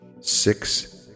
six